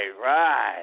right